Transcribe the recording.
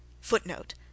Footnote